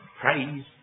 praise